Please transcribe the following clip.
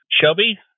Shelby